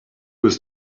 was